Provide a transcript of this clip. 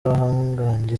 bahanganye